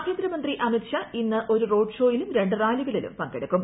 ആഭ്യന്തരമന്ത്രി അമിത് ഷാ ഇന്ന് ഒരു റോഡ് ഷോയിലും രണ്ട് റാലികളിലും പങ്കെടുക്കും